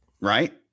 Right